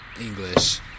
English